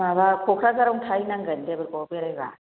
माबा क'क्राझारआव थाहै नांगोन देबोरगावआव बेरायबा